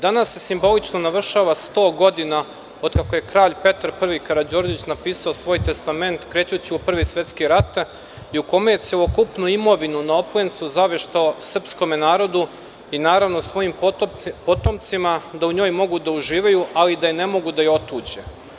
Danas se simbolično navršava 100 godina od kako je Kralj Petar I Karađorđević napisao svoj testament, krećući u Prvi svetski rat i u kome je celokupnu imovinu na Oplencu zaveštao srpskom narodu i svojim potomcima, da u njoj mogu da uživaju, ali da ne mogu da je otuđe.